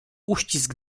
uścisk